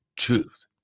truth